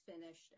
finished